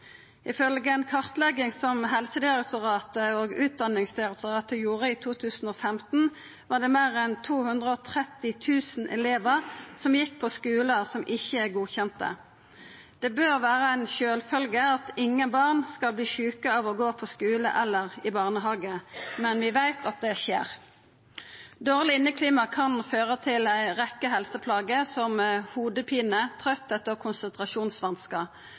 kartlegging som Helsedirektoratet og Utdanningsdirektoratet gjorde i 2015, var det meir enn 230 000 elevar som gjekk på skular som ikkje er godkjende. Det bør vera ei sjølvfølgje at ingen barn skal verta sjuke av å gå på skule eller i barnehage, men vi veit at det skjer. Dårleg inneklima kan føra til ei rekkje helseplager, som hovudpine, trøttheit og konsentrasjonsvanskar.